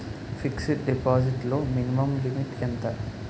Fixed deposit లో minimum limit ఎంత?